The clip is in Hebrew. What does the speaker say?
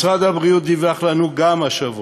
גם משרד הבריאות דיווח לנו השבוע,